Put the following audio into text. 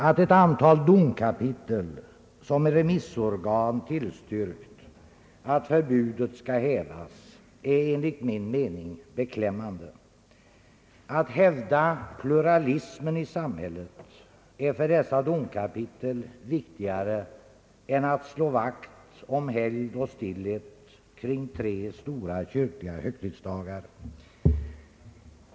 Att ett antal domkapitel som remissorgan tillstyrkt att förbudet skall hävas är enligt min mening beklämmande. Att hävda pluralismen i samhället är för dessa domkapitel viktigare än att slå vakt om helgd och stillhet kring tre stora kyrkliga högtidsdagar.